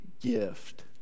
gift